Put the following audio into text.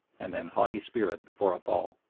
and an haughty spirit before a fall.